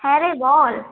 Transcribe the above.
হ্যাঁ রে বল